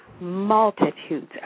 multitudes